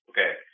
Okay